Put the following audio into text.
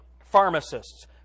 pharmacists